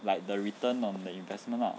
like the return on the investment lah